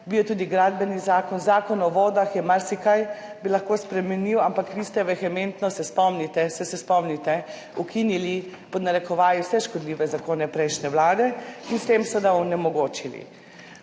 bil je tudi gradbeni zakon, Zakon o vodah bi marsikaj lahko spremenil, ampak vi ste vehementno – se spomnite, saj se spomnite? – ukinili, vse pod narekovaji, škodljive zakone prejšnje vlade in jih s tem seveda onemogočili.